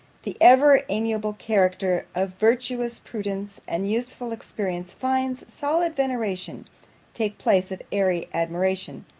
the ever-amiable character of virtuous prudence and useful experience, finds solid veneration take place of airy admiration,